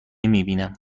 میبینم